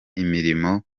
imirimo